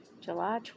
July